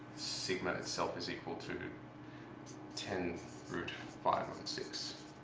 sigma itself is equal to ten root five on six.